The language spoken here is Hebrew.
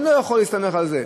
אני לא יכול להסתמך על זה.